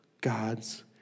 God's